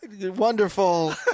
wonderful